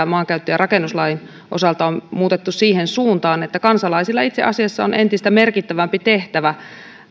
maankäyttö ja rakennuslain osalta on muutettu siihen suuntaan että kansalaisilla itse asiassa on entistä merkittävämpi tehtävä